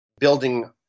building